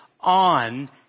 on